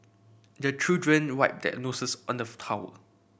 the children wipe their noses on towel